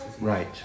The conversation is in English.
Right